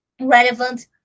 relevant